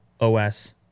OS